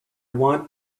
want